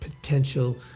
potential